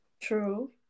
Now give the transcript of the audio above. True